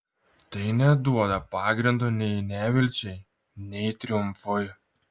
tai neduoda pagrindo nei nevilčiai nei triumfui